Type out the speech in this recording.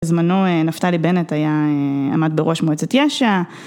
בזמנו נפתלי בנט היה עמד בראש מועצת יש"ע.